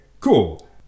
cool